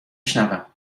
شنوم